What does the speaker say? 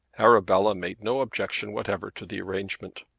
arabella made no objection whatever to the arrangement.